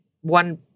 one